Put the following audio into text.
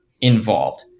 involved